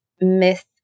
myth